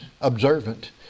observant